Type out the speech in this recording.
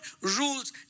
rules